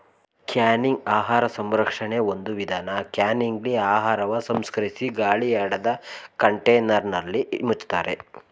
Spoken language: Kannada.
ಕ್ಯಾನಿಂಗ್ ಆಹಾರ ಸಂರಕ್ಷಣೆ ಒಂದು ವಿಧಾನ ಕ್ಯಾನಿಂಗ್ಲಿ ಆಹಾರವ ಸಂಸ್ಕರಿಸಿ ಗಾಳಿಯಾಡದ ಕಂಟೇನರ್ನಲ್ಲಿ ಮುಚ್ತಾರೆ